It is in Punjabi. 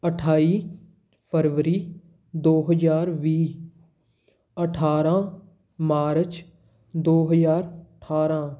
ਅਠਾਈ ਫਰਵਰੀ ਦੋ ਹਜ਼ਾਰ ਵੀਹ ਅਠਾਰਾਂ ਮਾਰਚ ਦੋ ਹਜ਼ਾਰ ਅਠਾਰਾਂ